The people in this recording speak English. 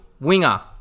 winger